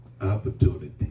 opportunity